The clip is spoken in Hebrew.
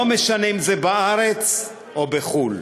ולא משנה אם זה בארץ או בחו"ל.